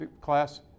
class